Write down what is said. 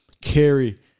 carry